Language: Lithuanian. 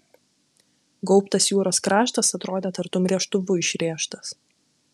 gaubtas jūros kraštas atrodė tartum rėžtuvu išrėžtas